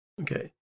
okay